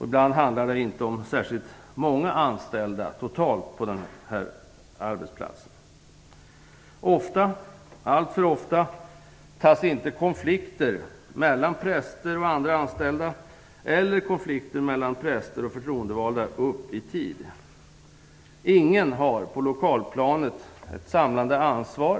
Ibland handlar det om arbetsplatser med inte särskilt många anställda. Alltför ofta tas inte konflikter mellan präster och andra anställda, eller konflikter mellan präster och förtroendevalda upp i tid. Ingen har, på lokalplanet, ett samlande ansvar.